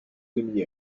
demi